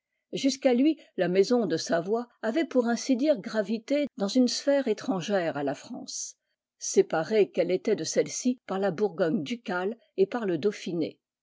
jusqu'à lui la maison de savoie avait pour ainsi dire gravité dans une sphère étrangère à la france séparée quelle était de celle-ci par la bourgogne ducale et par le dauphiné